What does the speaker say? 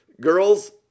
girls